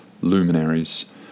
luminaries